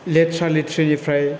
लेथ्रा लेथ्रिनिफ्राय